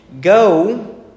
go